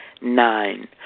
Nine